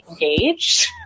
engaged